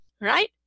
right